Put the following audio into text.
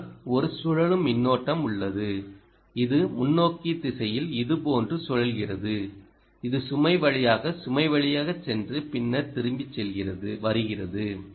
ஆனால் ஒரு சுழலும் மின்னோட்டம் உள்ளது இது முன்னோக்கி திசையில் இதுபோன்று சுழல்கிறது இது சுமை வழியாக சுமை வழியாக சென்று பின்னர் திரும்பி வருகிறது